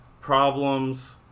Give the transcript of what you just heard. problems